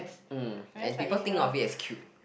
mm and people think of it as cute